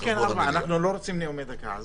כן, ב-16:00, אנחנו לא רוצים נאומים בני דקה.